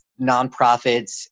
nonprofits